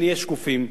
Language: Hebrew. שנהיה שקופים.